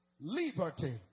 liberty